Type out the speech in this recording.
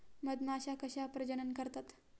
मधमाश्या कशा प्रजनन करतात?